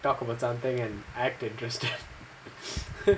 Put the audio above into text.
talk about something and act interesting